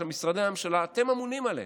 עכשיו, משרדי הממשלה, אתם אמונים עליהם.